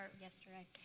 yesterday